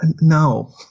no